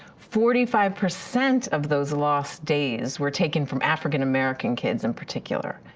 forty five percent of those lost days were taken from africa american kids in particular.